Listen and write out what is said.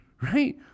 right